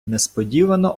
несподівано